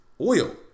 oil